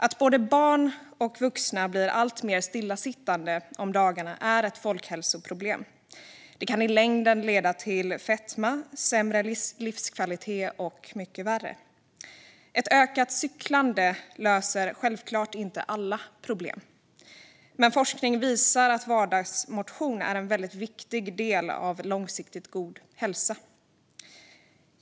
Att både barn och vuxna blir alltmer stillasittande är ett folkhälsoproblem. Det kan i längden leda till fetma, sämre livskvalitet och värre saker. Ett ökat cyklande löser givetvis inte alla problem. Men forskning visar att vardagsmotion är en viktig del av en långsiktigt god hälsa.